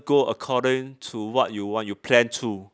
go according to what you want you plan to